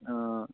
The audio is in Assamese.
অঁ